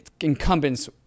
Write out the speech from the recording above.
incumbents